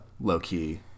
low-key